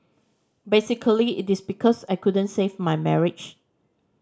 basically it is because I couldn't save my marriage